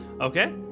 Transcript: Okay